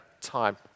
time